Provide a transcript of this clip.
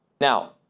Now